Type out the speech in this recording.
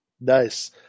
Nice